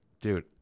Dude